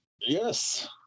Yes